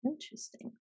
Interesting